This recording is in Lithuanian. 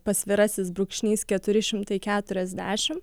pasvirasis brūkšnys keturi šimtai keturiasdešim